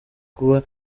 kuba